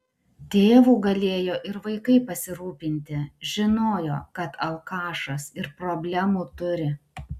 tėvu galėjo ir vaikai pasirūpinti žinojo kad alkašas ir problemų turi